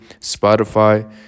Spotify